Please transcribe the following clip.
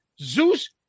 Zeus